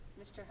Mr